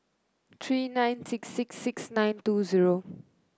three nine six six six nine two zero